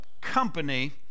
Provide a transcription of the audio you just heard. company